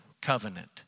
covenant